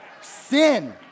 Sin